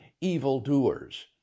evildoers